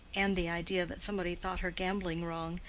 and the idea that somebody thought her gambling wrong,